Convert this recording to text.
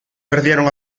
perdieron